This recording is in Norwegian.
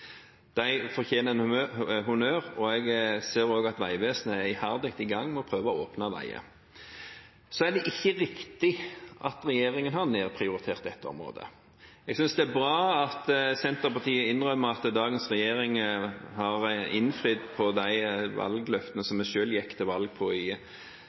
De fortjener honnør, og jeg ser også at Vegvesenet er iherdig i gang med å prøve å åpne veier. Så er det ikke riktig at regjeringen har nedprioritert dette området. Jeg synes det er bra at Senterpartiet innrømmer at dagens regjering har innfridd på de valgløftene som vi selv gikk til valg på i